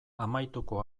amaituko